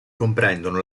comprendono